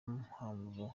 mpamvu